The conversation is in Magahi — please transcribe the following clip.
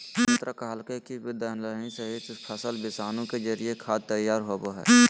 डॉ मित्रा कहलकय कि मिट्टी, दलहनी सहित, फसल विषाणु के जरिए खाद तैयार होबो हइ